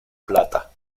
plata